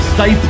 Stay